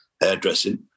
hairdressing